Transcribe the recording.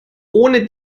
ohne